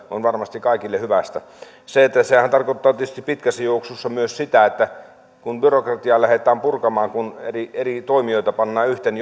on varmasti kaikille hyvästä sehän tarkoittaa tietysti pitkässä juoksussa jossakin aikavälissä myös sitä kun byrokratiaa lähdetään purkamaan kun eri eri toimijoita pannaan yhteen